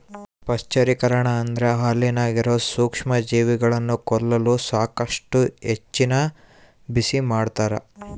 ಪಾಶ್ಚರೀಕರಣ ಅಂದ್ರ ಹಾಲಿನಾಗಿರೋ ಸೂಕ್ಷ್ಮಜೀವಿಗಳನ್ನ ಕೊಲ್ಲಲು ಸಾಕಷ್ಟು ಹೆಚ್ಚಿನ ಬಿಸಿಮಾಡ್ತಾರ